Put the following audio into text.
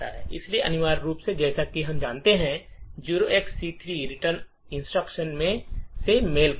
इसलिए अनिवार्य रूप से जैसा कि हम जानते हैं कि 0xC3 रिटर्न इंस्ट्रक्शन से मेल खाता है